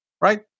right